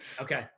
Okay